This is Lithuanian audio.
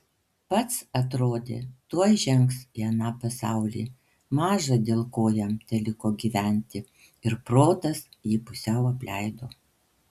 pats atrodė tuoj žengs į aną pasaulį maža dėl ko jam teliko gyventi ir protas jį pusiau apleido